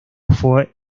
fue